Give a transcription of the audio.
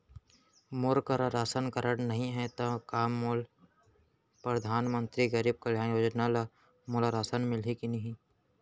मोर करा ration card नहीं है त का मोल परधानमंतरी गरीब कल्याण योजना ल मोला राशन मिलही कि नहीं?